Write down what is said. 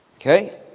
Okay